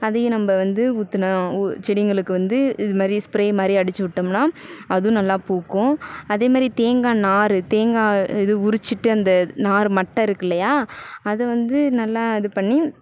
அதையும் நம்ப வந்து ஊற்றுனா உ செடிங்களுக்கு வந்து இதுமாதிரி ஸ்ப்ரே மாதிரி அடிச்சு விட்டோம்னா அதுவும் நல்லா பூக்கும் அதேமாதிரி தேங்காய் நார் தேங்காய் இது உரிச்சுட்டு அந்த நார் மட்டை இருக்குது இல்லையா அதை வந்து நல்லா இது பண்ணி